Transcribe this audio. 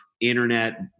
internet